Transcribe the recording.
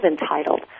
entitled